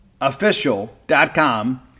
official.com